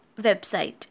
website